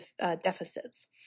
deficits